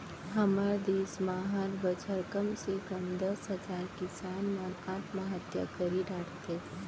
हमर देस म हर बछर कम से कम दस हजार किसान मन आत्महत्या करी डरथे